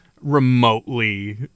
remotely